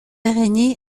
araignée